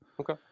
Okay